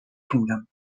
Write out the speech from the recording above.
kingdom